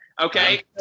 Okay